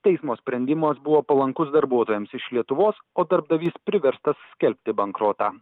teismo sprendimas buvo palankus darbuotojams iš lietuvos o darbdavys priverstas skelbti bankrotą